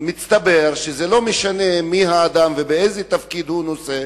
מסתבר שזה לא משנה מי האדם ואיזה תפקיד הוא נושא,